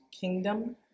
kingdom